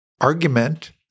argument